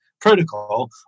protocol